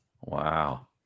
Wow